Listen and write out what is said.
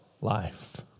life